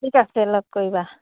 ঠিক আছে লগ কৰিবা